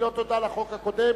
מילות תודה לחוק הקודם,